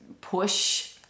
push